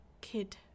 kid